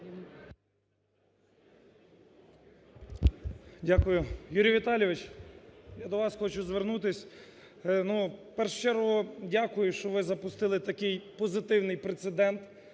Дякую. Юрій Віталійович, я до вас хочу звернутись. В першу чергу дякую, що ви запустили такий позитивний прецедент.